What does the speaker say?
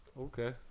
okay